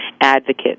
advocate